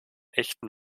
echten